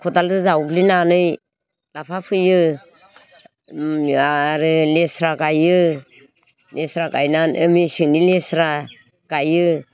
खदालजों जावग्लिनानै लाफा फोयो आरो लेस्रा गायो लेस्रा गायनानै मेसेंनि लेस्रा गायो